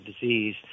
disease